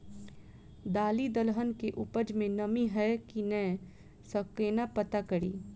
दालि दलहन केँ उपज मे नमी हय की नै सँ केना पत्ता कड़ी?